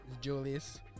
Julius